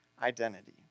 identity